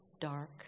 dark